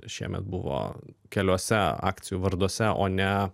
šiemet buvo keliuose akcijų varduose o ne